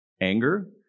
anger